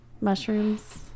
Mushrooms